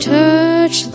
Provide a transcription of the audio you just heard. touch